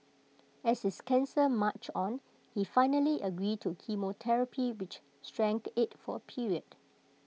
as his cancer marched on he finally agreed to chemotherapy which shrank IT for A period